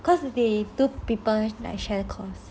cause they two people share costs